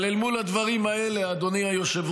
אבל אל מול הדברים האלה, אדוני היושב-ראש,